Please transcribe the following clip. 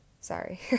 Sorry